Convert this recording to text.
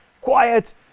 quiet